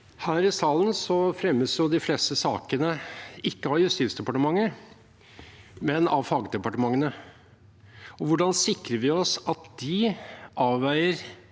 Her i salen fremmes de fleste sakene ikke av Justisdepartementet, men av fagdepartementene. Hvordan sikrer vi oss at de avveier